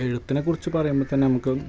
എഴുത്തിനെക്കുറിച്ച് പറയുമ്പം തന്നെ നമുക്ക്